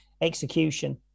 execution